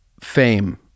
fame